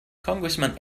congressman